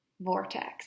vortex